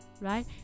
right